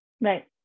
Right